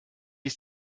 ist